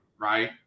right